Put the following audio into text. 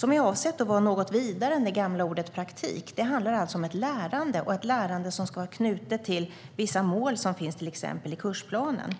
Det är avsett att vara något vidare än den gamla praktiken; det handlar om ett lärande, och lärandet ska vara knutet till vissa mål som finns till exempel i kursplanen.